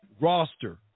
roster